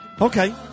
Okay